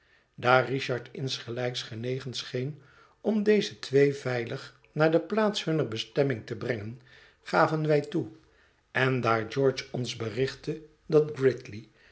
richard insgelijks genegen scheen om déze twee veilig naar de plaats hunner bestemming te brengen gaven wij toe en daar george ons berichtte dat